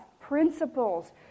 principles